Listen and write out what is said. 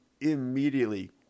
immediately